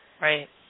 Right